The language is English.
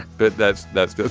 but that's that's with